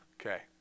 Okay